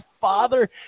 father